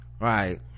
right